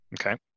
Okay